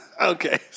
Okay